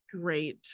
great